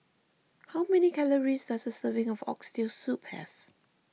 how many calories does a serving of Oxtail Soup have